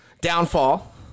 downfall